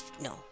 no